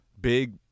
big